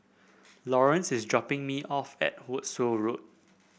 Lawerence is dropping me off at Wolskel Road